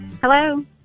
Hello